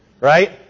Right